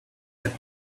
have